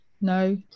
No